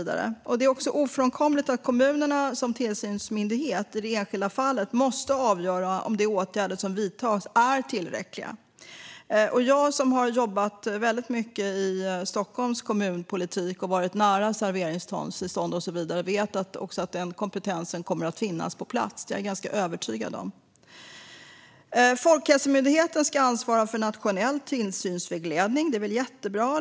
Det är ofrånkomligt att kommunerna som tillsynsmyndighet i det enskilda fallet måste avgöra om de åtgärder som vidtagits är tillräckliga. Jag som har jobbat mycket i Stockholms kommunpolitik och varit nära serveringstillstånd och så vidare vet att kompetensen kommer att finnas på plats. Det är jag övertygad om. Folkhälsomyndigheten ska ansvara för nationell tillsynsvägledning. Det är jättebra.